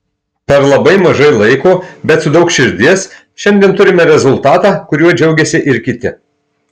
per labai mažai laiko bet su daug širdies šiandien turime rezultatą kuriuo džiaugiasi ir kiti